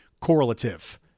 correlative